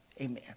Amen